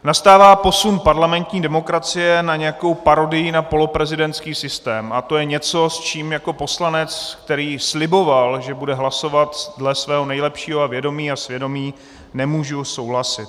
Nastává posun parlamentní demokracie na nějakou parodii na poloprezidentský systém a to je něco, s čím jako poslanec, který sliboval, že bude hlasovat dle svého nejlepšího vědomí a svědomí, nemůžu souhlasit.